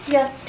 Yes